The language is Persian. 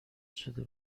شده